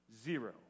zero